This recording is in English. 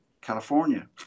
California